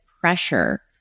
pressure